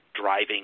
driving